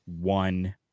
one